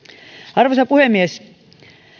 arvoisa puhemies